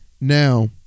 Now